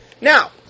Now